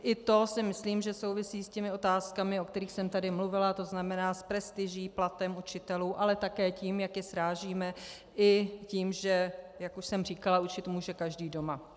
I to si myslím, že souvisí s těmi otázkami, o kterých jsem tady mluvila, to znamená s prestiží, platem učitelů, ale také tím, jak je srážíme, i tím, že jak už jsem říkala, učit může každý doma.